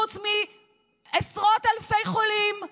חוץ מעשרות אלפי חולים,